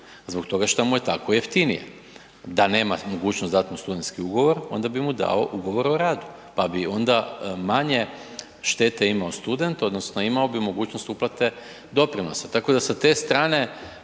zbog toga šta mu je tako jeftinije, da nema mogućnost dat mu studentski ugovor onda bi mu dao Ugovor o radu, pa bi onda manje štete imao student odnosno imao bi mogućnost uplate doprinosa,